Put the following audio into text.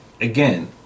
Again